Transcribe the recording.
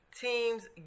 teams